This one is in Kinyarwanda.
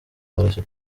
barashe